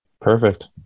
Perfect